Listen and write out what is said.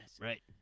Right